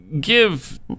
give